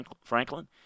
Franklin